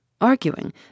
arguing